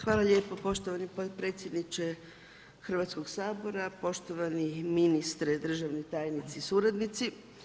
Hvala lijepo poštovani potpredsjedniče Hrvatskog sabora, poštovani ministre, državni tajnici, suradnici.